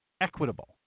equitable